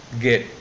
get